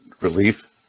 relief